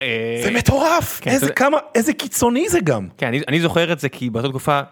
מטורף כמה איזה קיצוני זה גם אני זוכר את זה כי באותה תקופה.